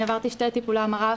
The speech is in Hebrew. אני עברתי שני טיפולי המרה,